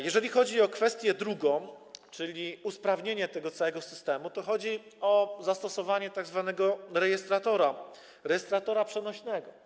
Jeżeli chodzi o kwestię drugą, czyli usprawnienie tego całego systemu, to chodzi o zastosowanie tzw. rejestratora przenośnego.